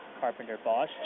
Carpenter-Bosch